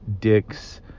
Dick's